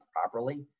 properly